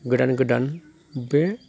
गोदान गोदान बे